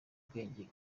ubwenge